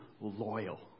loyal